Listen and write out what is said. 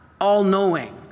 all-knowing